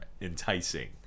enticing